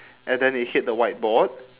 and then it hit the whiteboard